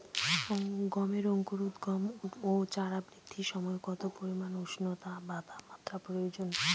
গমের অঙ্কুরোদগম ও চারা বৃদ্ধির সময় কত পরিমান উষ্ণতা বা তাপমাত্রা প্রয়োজন?